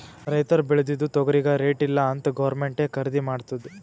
ರೈತುರ್ ಬೇಳ್ದಿದು ತೊಗರಿಗಿ ರೇಟ್ ಇಲ್ಲ ಅಂತ್ ಗೌರ್ಮೆಂಟೇ ಖರ್ದಿ ಮಾಡ್ತುದ್